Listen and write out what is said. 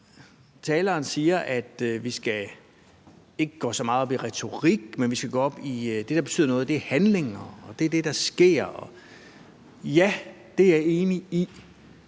taleren siger, at vi ikke skal gå så meget op i retorik, men at det, der betyder noget, er handlinger og det, der sker, så må jeg sige, at ja, det er jeg enig i.